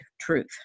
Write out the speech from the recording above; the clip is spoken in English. truth